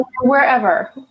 Wherever